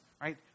right